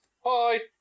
Hi